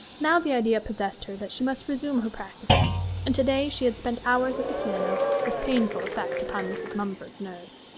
now the idea possessed her that she must resume her practising, and to-day she had spent hours at the piano, with painful effect upon mrs. mumford's nerves.